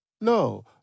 No